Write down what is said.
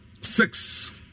six